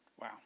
Wow